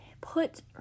put